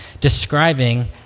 describing